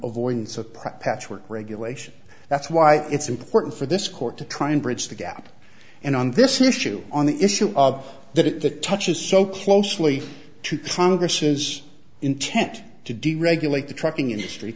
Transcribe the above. prop patchwork regulation that's why it's important for this court to try and bridge the gap and on this issue on the issue of that it touches so closely to congress's intention to deregulate the trucking industry